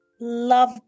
love